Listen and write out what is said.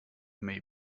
may